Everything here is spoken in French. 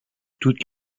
toutes